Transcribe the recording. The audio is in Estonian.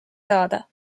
saada